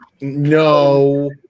No